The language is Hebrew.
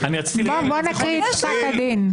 בואו נקרא את פסק הדין.